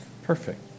Perfect